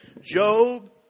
Job